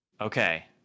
Okay